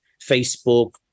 facebook